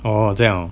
oh 这样 oh